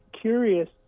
curious